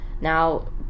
Now